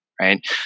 right